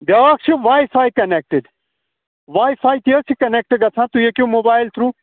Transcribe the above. بیٛاکھ چھِ wifi connected wifi تہِ حظ چھِ کَنٮ۪کٹہٕ گژھان تُہۍ ہیٚکِو موبایِل تھرٛوٗ